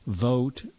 vote